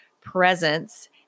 presence